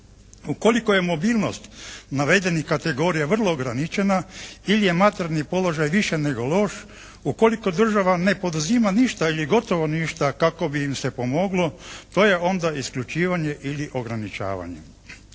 Ukoliko je mobilnost navedenih kategorija vrlo ograničena ili je materijalni položaj više nego loš, ukoliko država ne poduzima ništa ili gotovo ništa kako bi im se pomoglo to je onda isključivanje ili ograničavanje.